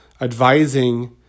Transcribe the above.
advising